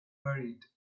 buried